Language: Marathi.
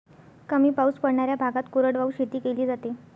कमी पाऊस पडणाऱ्या भागात कोरडवाहू शेती केली जाते